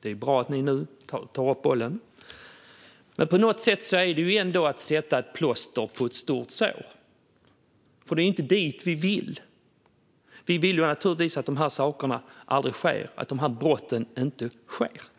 Det är bra att ni nu plockar upp bollen, Damberg. Men på något sätt är det ändå som att sätta ett plåster på ett stort sår. Det är nämligen inte dit vi vill, utan vi vill naturligtvis att dessa brott inte begås.